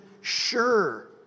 sure